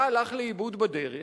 מה הלך לאיבוד בדרך?